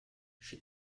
she